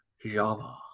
Java